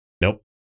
Nope